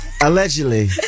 Allegedly